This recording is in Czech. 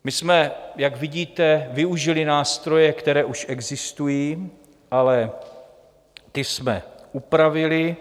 My jsme, jak vidíte, využili nástroje, které už existují, ale ty jsme upravili.